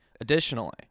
Additionally